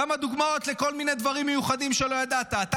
לתת לך כמה דוגמאות לכל מיני דברים מיוחדים שלא ידעת: אתה